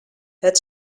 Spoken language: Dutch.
het